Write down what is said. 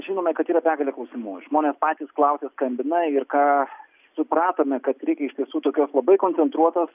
žinome kad yra begalė klausimų žmonės patys klausia skambina ir ką supratome kad reikia iš tiesų tokios labai koncentruotos